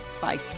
Bye